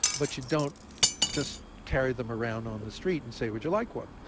but you don't just carry them around on the street and say, would you like one?